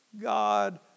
God